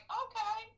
okay